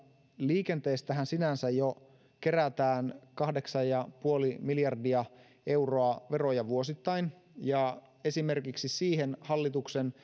liikenteestähän sinänsä jo kerätään kahdeksan pilkku viisi miljardia euroa veroja vuosittain ja esimerkiksi siihen hallituksen